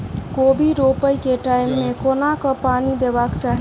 कोबी रोपय केँ टायम मे कोना कऽ पानि देबाक चही?